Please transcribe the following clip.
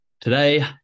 Today